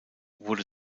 wurde